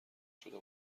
شده